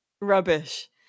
rubbish